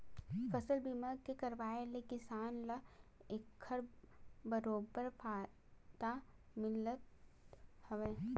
फसल बीमा के करवाय ले किसान ल एखर बरोबर फायदा मिलथ हावय